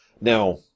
Now